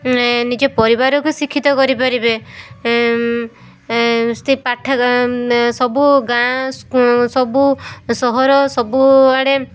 ଏ ନିଜ ପରିବାରକୁ ଶିକ୍ଷିତ କରିପାରିବେ ସେ ପାଠ ସବୁ ଗାଁ ସବୁ ସହର ସବୁ ଆଡ଼େ